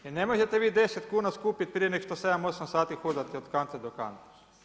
I ne možete vi 10 kuna skupiti prije nego što 7, 8 sati hodate od kante do kante.